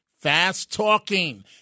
fast-talking